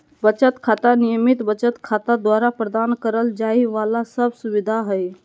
बचत खाता, नियमित बचत खाता द्वारा प्रदान करल जाइ वाला सब सुविधा हइ